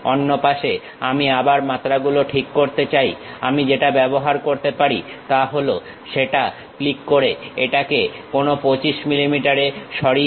অন্য পাশে আমি আবার মাত্রাগুলো ঠিক করতে চাই আমি যেটা ব্যবহার করতে পারি তা হল সেটা ক্লিক করে এটাকে কোনো 25 মিলিমিটারে সরিয়ে